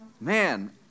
Man